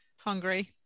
hungry